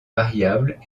variables